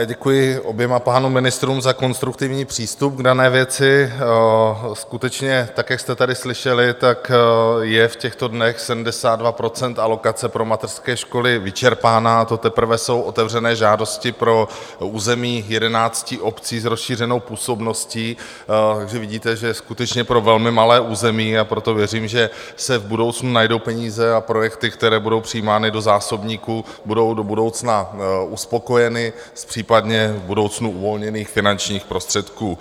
Děkuji oběma pánům ministrům za konstruktivní přístup v dané věci, skutečně tak, jak jste tady slyšeli, je v těchto dnech 72 % alokace pro mateřské školy vyčerpáno, a to teprve jsou otevřeny žádosti pro území jedenácti obcí s rozšířenou působností, takže vidíte, že skutečně pro velmi malé území, a proto věřím, že se v budoucnu najdou peníze a projekty, které budou přijímány do zásobníků, budou do budoucna uspokojeny z případně v budoucnu uvolněných finančních prostředků.